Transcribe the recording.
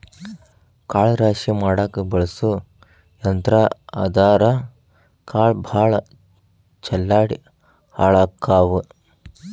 ಕಾಳ ರಾಶಿ ಮಾಡಾಕ ಬಳಸು ಯಂತ್ರಾ ಆದರಾ ಕಾಳ ಭಾಳ ಚಲ್ಲಾಡಿ ಹಾಳಕ್ಕಾವ